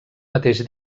mateix